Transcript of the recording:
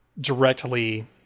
directly